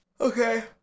Okay